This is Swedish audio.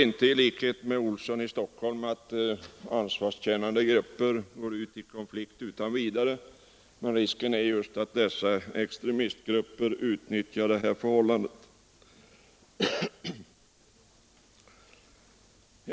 I likhet med herr Olsson i Stockholm tror jag inte att ansvarskännande grupper går ut i konflikt utan vidare, men risken är att just extremistgrupper utnyttjar detta förhållande.